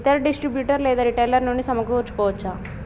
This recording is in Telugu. ఇతర డిస్ట్రిబ్యూటర్ లేదా రిటైలర్ నుండి సమకూర్చుకోవచ్చా?